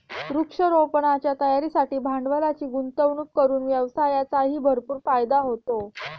वृक्षारोपणाच्या तयारीसाठी भांडवलाची गुंतवणूक करून व्यवसायाचाही भरपूर फायदा होतो